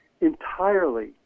entirely